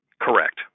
Correct